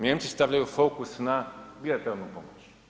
Nijemci stavljaju fokus na bilateralnu pomoć.